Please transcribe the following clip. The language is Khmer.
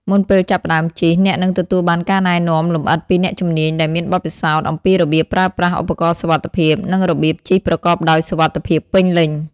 មុនពេលចាប់ផ្តើមជិះ អ្នកនឹងទទួលបានការណែនាំលម្អិតពីអ្នកជំនាញដែលមានបទពិសោធន៍អំពីរបៀបប្រើប្រាស់ឧបករណ៍សុវត្ថិភាព និងរបៀបជិះប្រកបដោយសុវត្ថិភាពពេញលេញ។